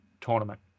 tournament